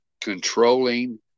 controlling